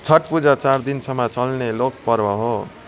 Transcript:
छठ पूजा चार दिनसम्म चल्ने लोक पर्व हो